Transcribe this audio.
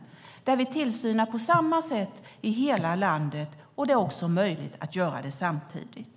Där har skett tillsyn på samma sätt i hela landet samtidigt.